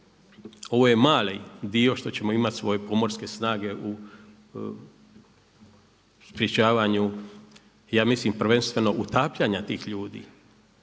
Ovo je mali dio što ćemo imati svoje pomorske snage u sprječavanju ja mislim prvenstveno utapljanja tih ljudi,